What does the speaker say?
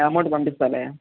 amount పంపిస్తాలే